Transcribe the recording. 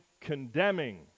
condemning